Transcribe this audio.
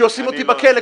שהוא ישים אותי בכלא,